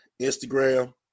Instagram